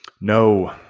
No